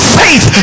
faith